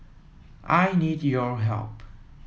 I need your help